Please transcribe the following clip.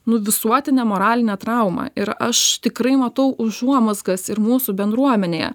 nu visuotinė moralinė trauma ir aš tikrai matau užuomazgas ir mūsų bendruomenėje